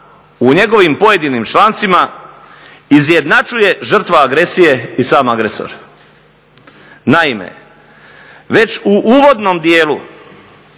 u njegovim pojedinim člancima izjednačuje žrtva agresije i sam agresor. Naime, već u uvodnom dijelu